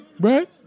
right